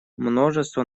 множество